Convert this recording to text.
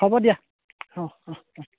হ'ব দিয়া অঁ অঁ অঁ